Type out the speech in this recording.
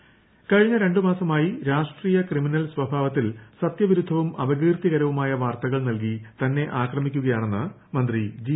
സുധാകരൻ കഴിഞ്ഞ രണ്ട് മാസമായി രാഷ്ട്രടീയ ക്രിമിനൽ സ്വഭാവത്തിൽ സത്യവിരുദ്ധവും അപകീർത്തികരവുമായ വാർത്തകൾ നൽകി തന്നെ ആക്രമിക്കുകയാണെന്ന് മത്തി ജി